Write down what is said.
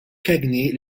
cagney